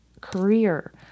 Career